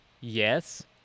Yes